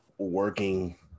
working